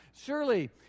Surely